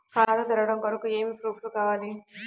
ఖాతా తెరవడం కొరకు ఏమి ప్రూఫ్లు కావాలి?